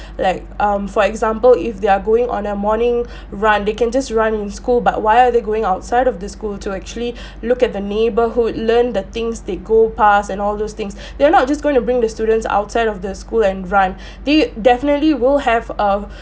like um for example if they're going on a morning run they can just run in school but why are they going outside of the school to actually look at the neighbourhood learn the things they go pass and all those things they're not just going to bring the students outside of the school and run the definitely will have a